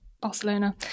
Barcelona